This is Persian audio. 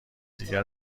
دیگر